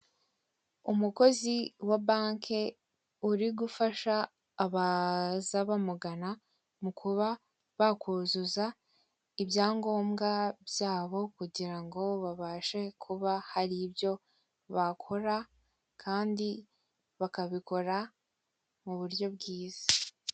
Umukozi wa banke uri gufasha abaza bamugana mu kuba bakuzuza ibyangobwa byabo kugira ngo babashe kuba hari ibyo bakora, kandi bakabikora mu buryo bwiza.